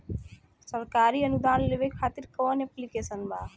सरकारी अनुदान लेबे खातिर कवन ऐप्लिकेशन बा?